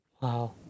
Wow